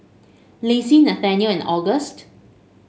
Lacie Nathaniel and August